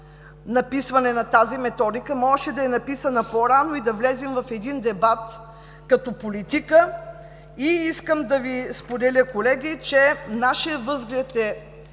написването на тази методика – можеше да е написана по-рано и да влезем в един дебат, като политика. Искам да Ви споделя, колеги, че нашият възглед е